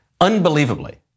unbelievably